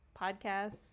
podcasts